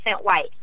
white